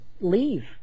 leave